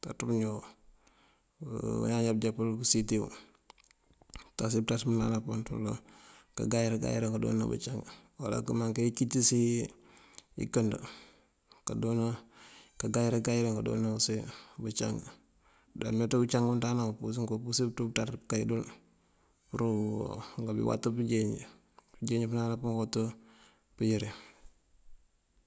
pënţaţ pëñaw bañaan já bëjá pësíitiw. Bënţas pënţaţ pëñaw pëmënţandana pun ţël kangayël ngayëlin kandoona bëncang, uwala këmaŋ keecëtisi inkënd kangayël ngayëlin kandoona osi bëncang. Dí meeţ bëncangan bëmënţandana bun buncína koowusëri pënţaţ pur ukay dul pur bí ngeewat pënjeenj, pënjeenj pëmënţandana pun kawët pëyëri.